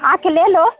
आ कर ले लो